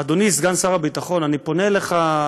אדוני סגן שר הביטחון, אני פונה אליך,